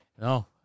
No